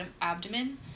abdomen